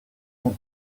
her